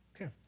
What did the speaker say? Okay